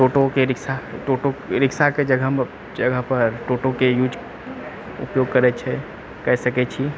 टोटोके rickshaw टोटो रिक्शाके जगहमे टोटोके यूज उपयोग करए छै कए सकए छी